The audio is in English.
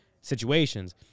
Situations